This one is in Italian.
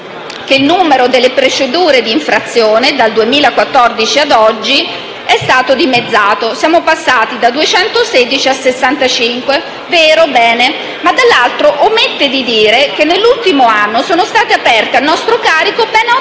il numero delle procedure d'infrazione, dal 2014 a oggi, è stato dimezzato: siamo passati da 216 a 65, ed è vero, bene; dall'altro, però, omette di dire che nell'ultimo anno sono state aperte a nostro carico ben otto